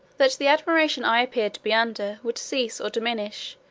that the admiration i appeared to be under would cease or diminish,